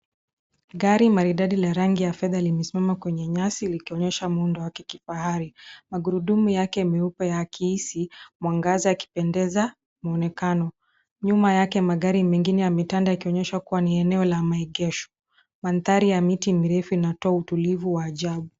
Gari maridadi la rangi ya fedha limesimama kwenye nyasi likionyesha muundo wa kikifahari. Magurudumu yake meupe ya kihisi mwangaza yakipendeza muonekano. Nyuma yake magari mengine yametanda yakionyesha kuwa ni eneo la maegesho. Mandhari ya miti mirefu natoa utulivu wa ajabu.